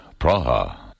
Praha